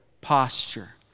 posture